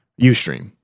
Ustream